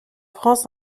france